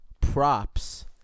props